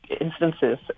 instances